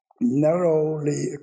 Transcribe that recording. narrowly